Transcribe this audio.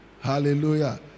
Hallelujah